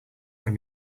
when